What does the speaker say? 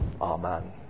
Amen